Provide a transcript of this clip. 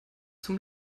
zum